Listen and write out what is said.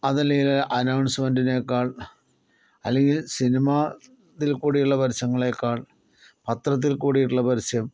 അതല്ലെങ്കിൽ അനൗൺസ്മെന്റിനേക്കാൾ അല്ലെങ്കിൽ സിനിമ ഇതിൽക്കൂടിയുള്ള പരസ്യങ്ങളേക്കാൾ പത്രത്തിൽ കൂടിയിട്ടുള്ള പരസ്യം